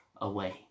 away